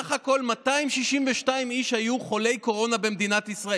סך הכול 262 איש היו חולי קורונה במדינת ישראל.